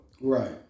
Right